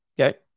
Okay